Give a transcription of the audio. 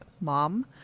Mom